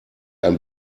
ein